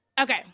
Okay